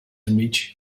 image